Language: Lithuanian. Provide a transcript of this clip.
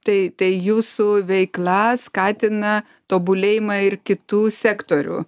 tai tai jūsų veikla skatina tobulėjimą ir kitų sektorių